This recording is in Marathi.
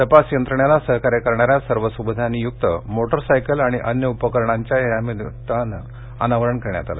तपास यंत्रणेला सहकार्य करणाऱ्या सर्व सुविधांनी युक्त मोटार सायकल आणि अन्य उपकरणांचं यानिमित्तानं अनावरण करण्यात आलं